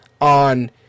on